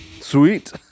Sweet